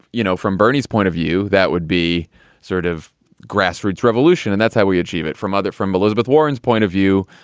you know, from bernie's point of view, that would be sort of grassroots revolution. and that's how we achieve it from other from elizabeth warren's point of view.